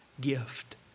gift